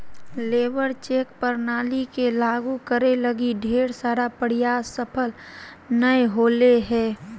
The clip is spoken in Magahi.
लेबर चेक प्रणाली के लागु करे लगी ढेर सारा प्रयास सफल नय होले हें